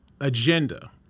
agenda